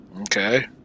okay